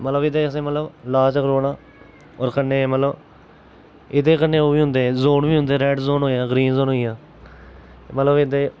मतलब एह्दे च असें मतलब लास्ट तगर रौह्ना होर कन्नै मतलब एह्दे कन्नै ओह् बी होंदे जोन बी होंदे रैड जोन ग्रीन जोन होई गेआ मतलब एह्दे